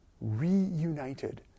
reunited